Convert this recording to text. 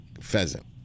pheasant